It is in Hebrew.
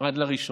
עד ל-1.